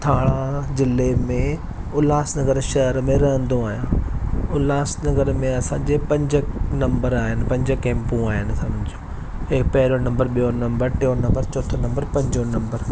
थाणा ज़िले में उल्हासनगर शहर में रहंदो आहियां उल्हासनगर में असां जे पंज नंबर आहिनि पंज कैंपू आहिनि सम्झ ऐं पेहिरों नंबरु ॿियों नंबरु टियों नंबरु चौथो नंबरु पंजो नंबरु